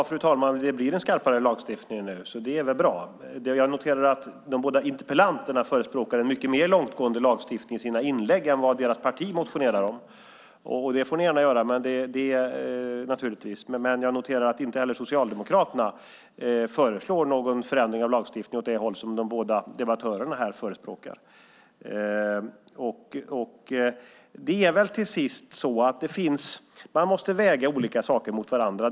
Fru talman! Det blir en skarpare lagstiftning nu. Det är väl bra. Jag noterar att de båda debattörerna i sina inlägg förespråkar en mer långtgående lagstiftning än vad deras parti motionerar om. Det får ni naturligtvis gärna göra, men jag noterar att inte heller Socialdemokraterna föreslår en förändring av lagstiftningen åt det håll som de båda debattörerna förespråkar. Man måste väga olika saker mot varandra.